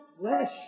flesh